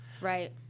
Right